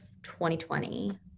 2020